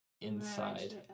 inside